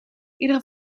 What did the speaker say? iedere